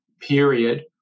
period